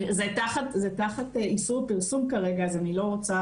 זה תחת איסור פרסום כרגע אז אני לא רוצה להגיד.